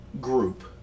group